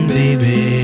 baby